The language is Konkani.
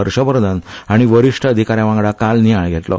हर्षवर्धन हाणी वरिष्ठ अधिकाऱ्या वांगडा काल नियाळ घेतलो